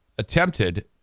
attempted